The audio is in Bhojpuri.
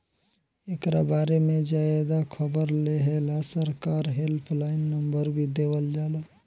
एकरा बारे में ज्यादे खबर लेहेला सरकार हेल्पलाइन नंबर भी देवल जाला